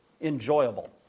enjoyable